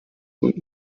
und